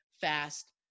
fast